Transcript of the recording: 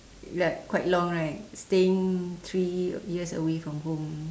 like quite long right staying three years away from home